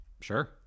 Sure